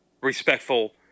respectful